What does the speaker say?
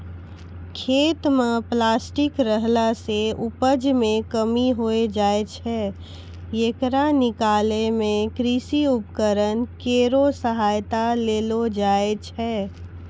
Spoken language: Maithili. खेत म प्लास्टिक रहला सें उपज मे कमी होय जाय छै, येकरा निकालै मे कृषि उपकरण केरो सहायता लेलो जाय छै